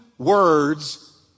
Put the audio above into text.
Words